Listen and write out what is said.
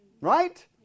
right